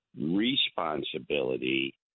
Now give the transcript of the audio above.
responsibility